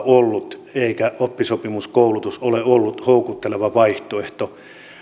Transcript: ollut erityisen hankalaa eikä oppisopimuskoulutus ole ollut houkutteleva vaihtoehto